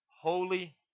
holy